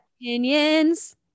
opinions